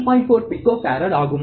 4 பிக்கோபாரட் ஆகும்